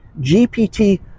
GPT